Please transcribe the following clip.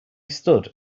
stood